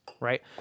right